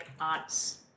arts